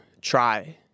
try